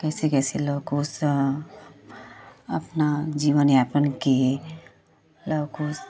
कैसे कैसे लव कुश अपना जीवन यापन किए लव कुश